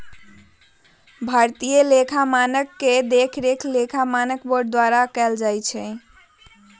भारतीय लेखा मानक के देखरेख लेखा मानक बोर्ड द्वारा कएल जाइ छइ